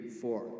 four